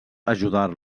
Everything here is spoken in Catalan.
ajudar